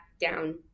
down